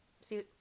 see